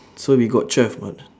so we got twelve or not